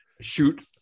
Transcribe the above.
shoot